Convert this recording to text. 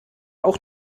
auch